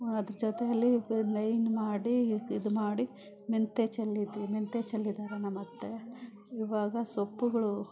ಅದ್ರ ಜೊತೇಲಿ ಲೈನ್ ಮಾಡಿ ಇದು ಇದ್ಮಾಡಿ ಮೆಂತೆ ಚೆಲ್ಲಿದ್ದು ಮೆಂತೆ ಚೆಲ್ಲಿದ್ದಾರೆ ನಮ್ಮತ್ತೆ ಇವಾಗ ಸೊಪ್ಪುಗಳು